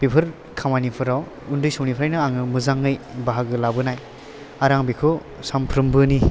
बेफोर खामानिफोराव उन्दै समनिफ्राइनो आङो मोजाङै बाहागो लाबोनाय आरो आं बेखौ सानफ्रोमबोनि